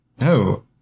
no